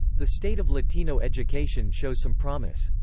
the state of latino education shows some promise.